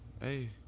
hey